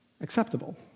acceptable